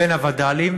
ובין הווד"לים.